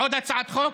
עוד הצעת חוק?